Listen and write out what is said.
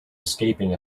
escaping